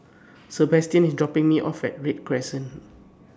Sabastian IS dropping Me off At Read Crescent